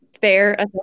Fair